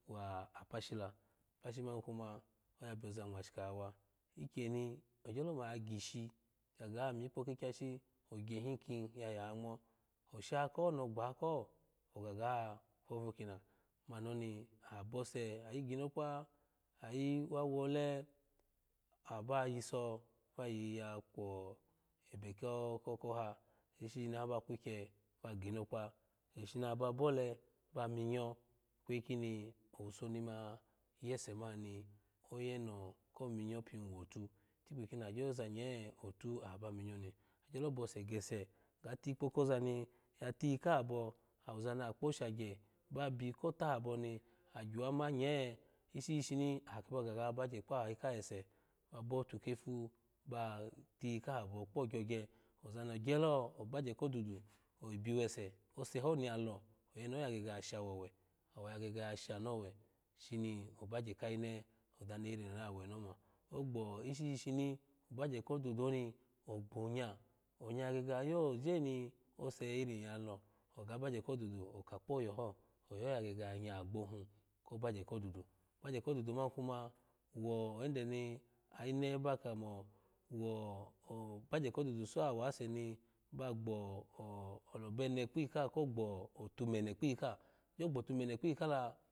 Wa apashi la apashi man kuma oya bioza nwashika yawa ikyeni ogyolo mo oya gishi ga myikpo kakyashi ogye hin kin yaya ngmo oshako no gbako ogaga fofu kin la mani oni aha bose ayi ginokpa ayi wa wole aha ba yiso ba yiyi yawko ebe ko kko ko ha iishi shishini aba kukye ba ginokpa ase shishin ha ba bole ba minyo ikweyi kni owuse nima yese mani ni oye eno ko minyo pin wotu itikpi kini aha gyo yoza nye otu aha ba minyo ni agyolo bose gese ga tikpo kozani ya tiyi kaha abo ozani aha kpo shagye ba byi ko tahabo ni agyuwa ma nye ishi shi shini aha kiba ga ga bagye kpayi kaha ese ba botu kefu ba tiyu kaha abo kpo gyogye ozani ogye lo obagye ko dudu obyi wese oseho ni yalo oyeneho ya gege ya shawo owe awo ya gege ya shanu owe shini obagye kayine ozani irin aweni oma ogbo ishi shishini obgye ko dudu oni ogbonya onya ya gege ya yoje ni ose irin yalo bagye kodudu oka kpoya ho oya ha yagege ya nya agbo hun ko bagye ko dudu obagye ko dudu man kuma wo oyende ni ayine bakamo bgye kodudu sawase ni ba gbo olabene kpiyi kaha ko gbo otu mene kpiyi kaha gyo gbo tu mene kpiyi kala.